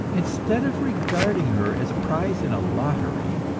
instead of regarding her as a prize in a lottery,